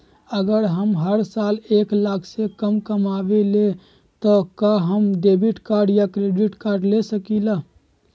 अगर हम हर साल एक लाख से कम कमावईले त का हम डेबिट कार्ड या क्रेडिट कार्ड ले सकीला?